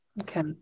Okay